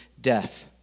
death